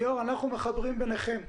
אנחנו מחברים ביניכם.